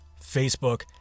Facebook